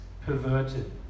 perverted